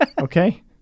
Okay